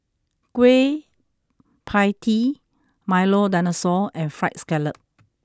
Kueh Pie Tee Milo Dinosaur and Fried Scallop